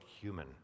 human